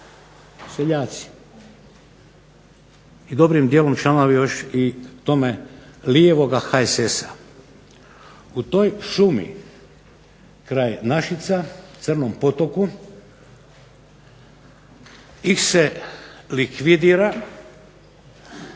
seljaci i dobrim dijelom članovi k tome lijevoga HSS-a. U toj šumi kraj Našica u Crnom Potoku ih se likvidira,